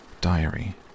Diary